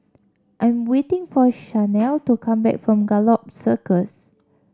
I'm waiting for Shanell to come back from Gallop Circus